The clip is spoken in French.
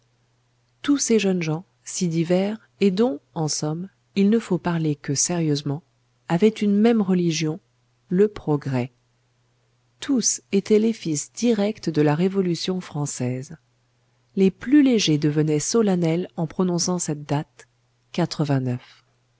tous ces jeunes gens si divers et dont en somme il ne faut parler que sérieusement avaient une même religion le progrès tous étaient les fils directs de la révolution française les plus légers devenaient solennels en prononçant cette date